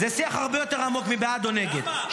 זה שיח הרבה יותר עמוק מבעד או נגד.